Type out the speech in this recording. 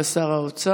תודה רבה לשר האוצר.